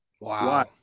Wow